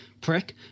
Prick